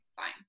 fine